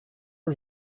was